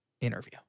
interview